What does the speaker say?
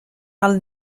alt